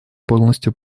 полностью